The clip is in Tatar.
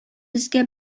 безгә